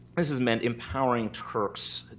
this has meant empowering turks